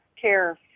care